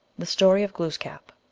the story of glooskap.